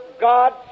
God